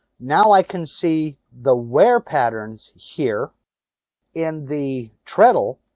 now i can see the wear patterns here in the treadle.